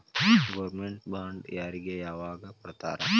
Government bond ಯಾರಿಗೆ ಯಾವಗ್ ಕೊಡ್ತಾರ?